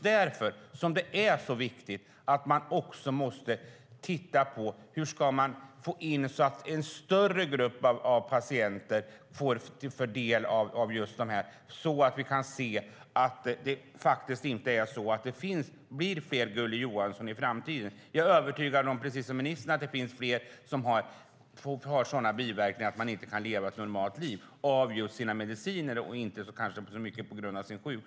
Därför är det så viktigt att titta på hur en större grupp av patienter kan få del av detta så att vi inte får fler Gulli Johansson i framtiden. Jag är precis som ministern övertygad om att det finns fler som har sådana biverkningar av sina mediciner att de inte kan leva ett normalt liv.